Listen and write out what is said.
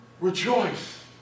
Rejoice